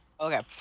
Okay